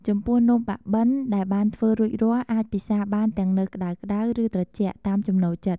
ចំពោះ នំបាក់បិនដែលបានធ្វើរួចរាល់ អាចពិសារបានទាំងនៅក្ដៅៗ ឬត្រជាក់ តាមចំណូលចិត្ត។